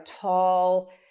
tall